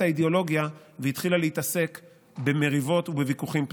האידיאולוגיה והתחילה להתעסק במריבות ובוויכוחים פנימיים.